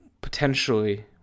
potentially